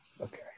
Okay